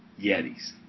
Yetis